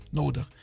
nodig